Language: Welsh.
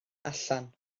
allan